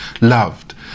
loved